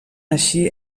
així